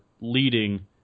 leading